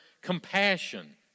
compassion